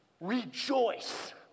rejoice